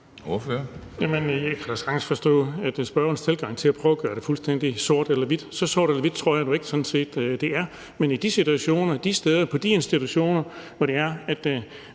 Jeg kan da sagtens forstå spørgerens tilgang til at prøve at gøre det fuldstændig sort eller hvidt. Så sort eller hvidt tror jeg nu sådan set ikke det er. Men i de situationer, de steder, på de institutioner, hvor det er, vi